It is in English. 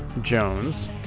Jones